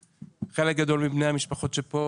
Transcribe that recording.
חלק גדול מבני המשפחות שנמצאות כאן,